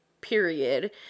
period